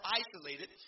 isolated